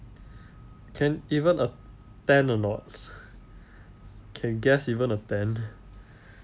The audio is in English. can even attend or not can guests even attend